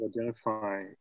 identify